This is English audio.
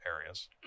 areas